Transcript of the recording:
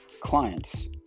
clients